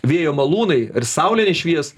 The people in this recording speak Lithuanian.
vėjo malūnai ir saulė nešvies